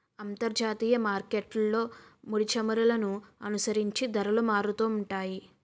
అంతర్జాతీయ మార్కెట్లో ముడిచమురులను అనుసరించి ధరలు మారుతుంటాయి